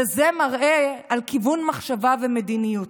וזה מראה על כיוון מחשבה ומדיניות.